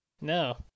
No